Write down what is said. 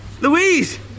Louise